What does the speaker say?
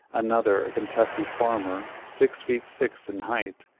another, a kentucky farmer, six-feet-six in height,